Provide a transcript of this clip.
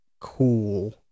cool